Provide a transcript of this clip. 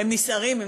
הם נסערים.